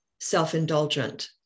self-indulgent